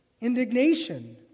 indignation